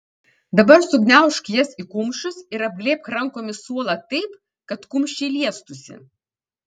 dabar sugniaužk jas į kumščius ir apglėbk rankomis suolą taip kad kumščiai liestųsi